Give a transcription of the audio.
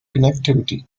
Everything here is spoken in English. connectivity